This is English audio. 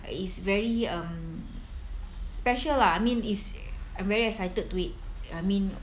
it's very um special lah I mean it's I'm very excited to it I mean